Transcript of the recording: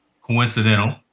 coincidental